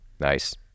Nice